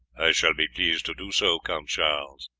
shall be pleased to do so, count charles,